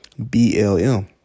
BLM